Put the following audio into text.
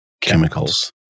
chemicals